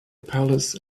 palace